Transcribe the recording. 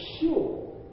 sure